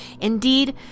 Indeed